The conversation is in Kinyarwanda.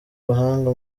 ubuhanga